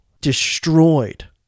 destroyed